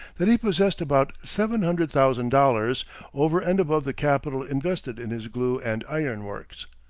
that he possessed about seven hundred thousand dollars over and above the capital invested in his glue and iron works.